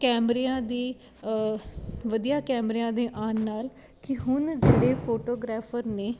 ਕੈਮਰਿਆਂ ਦੀ ਵਧੀਆ ਕੈਮਰਿਆਂ ਦੇ ਆਉਣ ਨਾਲ ਕਿ ਹੁਣ ਜਿਹੜੇ ਫੋਟੋਗ੍ਰਾਫਰ ਨੇ